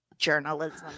Journalism